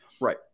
Right